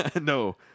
No